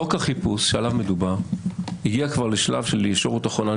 חוק החיפוש שעליו מדובר הגיע כבר לשלב של ישורת אחרונה.